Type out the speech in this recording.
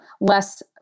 less